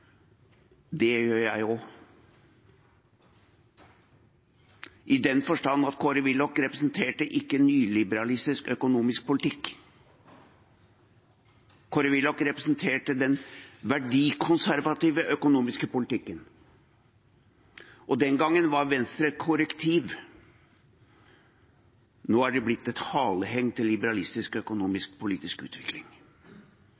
Det gjør jeg også, i den forstand at Kåre Willoch ikke representerte nyliberalistisk økonomisk politikk. Kåre Willoch representerte den verdikonservative økonomiske politikken, og den gangen var Venstre et korrektiv. Nå er de blitt et haleheng til liberalistisk